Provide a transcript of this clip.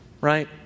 right